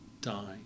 dying